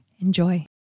Enjoy